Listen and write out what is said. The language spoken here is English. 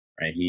right